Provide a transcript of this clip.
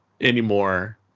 anymore